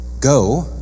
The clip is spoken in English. Go